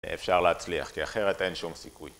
ואפשר להצליח, כי אחרת אין שום סיכוי.